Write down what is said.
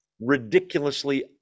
ridiculously